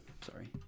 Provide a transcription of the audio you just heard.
sorry